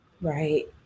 Right